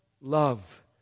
love